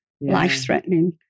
life-threatening